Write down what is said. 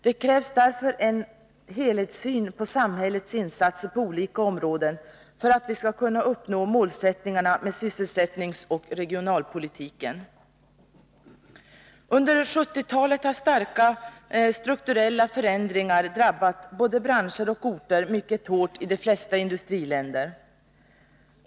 Det krävs därför en helhetssyn på samhällets insatser på olika områden för att vi skall kunna uppnå målsättningarna med sysselsättningsoch regionalpolitiken. Under 1970-talet har starka strukturella förändringar drabbat både branscher och orter mycket hårt i de flesta industriländer.